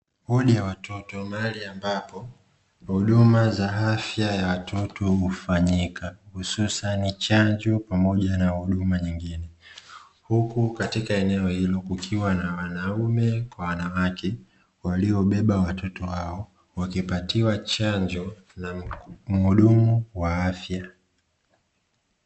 Wodi ya watoto mahali ambapo huduma za afya ya watoto hufanyika , hususani chanjo pamoja na huduma nyingine. Huku katika eneo hilo kukiwa na wanaume kwa wanawake waliobeba watoto wao wakipatiwa chanjo na muhudumu wa afya.